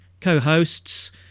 co-hosts